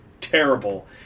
terrible